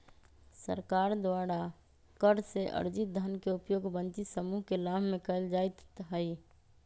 सरकार द्वारा कर से अरजित धन के उपयोग वंचित समूह के लाभ में कयल जाईत् हइ